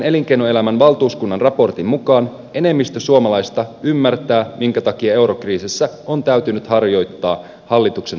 elinkeinoelämän valtuuskunnan tuoreen raportin mukaan enemmistö suomalaisista ymmärtää minkä takia eurokriisissä on täytynyt harjoittaa hallituksen valitsemaa linjaa